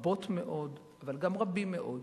רבות מאוד, אבל גם רבים מאוד,